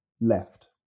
left